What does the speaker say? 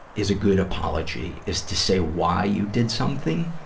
is a good apology, is to say why you did something.